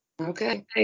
Okay